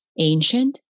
ancient